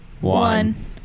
one